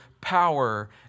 power